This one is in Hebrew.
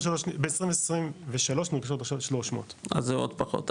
ב-2023 נרכשו 300. אז זה עוד פחות,